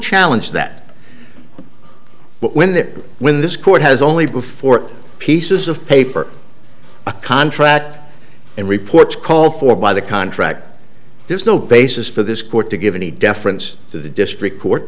challenge that but when they when this court has only before pieces of paper contract and reports call for by the contract there's no basis for this court to give any deference to the district court